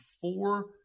four